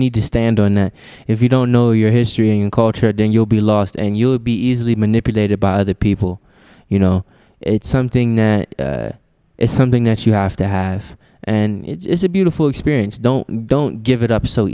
need to stand and if you don't know your history and culture then you'll be lost and you will be easily manipulated by the people you know it's something it's something that you have to have and it's a beautiful experience don't don't give it up so